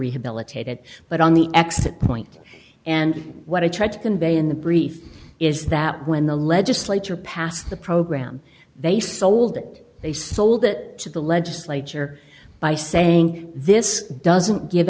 rehabilitated but on the exit point and what i tried to convey in the brief is that when the legislature passed the program they sold it they sold that to the legislature by saying this doesn't give